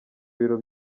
ibiro